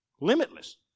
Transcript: Limitless